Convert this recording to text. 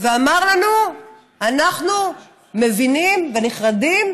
ואמר לנו: אנחנו מבינים ונחרדים,